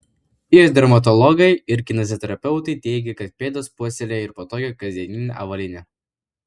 ir dermatologai ir kineziterapeutai teigia kad pėdas puoselėja ir patogi kasdieninė avalynė